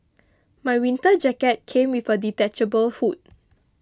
my winter jacket came with a detachable hood